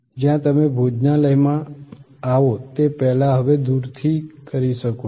જ્યારે તમે ભોજનાલયમાં આવો તે પહેલાં હવે દુરથી કરી શકો છો